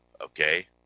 okay